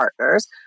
partners